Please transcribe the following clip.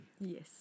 Yes